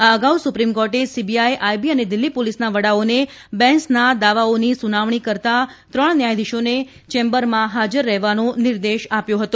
આ અગાઉ સુપ્રિમકોર્ટે સીબીઆઈ આઈબી અને દિલ્હી પોલીસના વડાઓને બેંસના દાવાઓની સુન્નાવણી કરતાં ત્રણ ન્યાયાધીશોને ચેમ્બરમાં હાજર રહેવાનો નિર્દેશ આપ્યો હતો